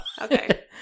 Okay